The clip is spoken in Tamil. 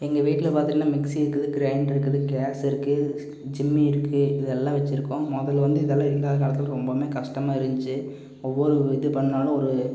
எங்கள் வீட்டில் பார்த்துட்டிங்கனா மிக்ஸி இருக்குது கிரைண்டர் இருக்குது கேஸ் இருக்கு ஜிம்மி இருக்குது இதெல்லாம் வச்சுருக்கோம் முதல்ல வந்து இதெல்லாம் இல்லாத காலத்தில் ரொம்பமே கஷ்டமாயிருந்துச்சு ஒவ்வொரு இது பண்ணாலும் ஒரு